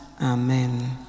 Amen